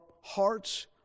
hearts